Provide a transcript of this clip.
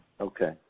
Okay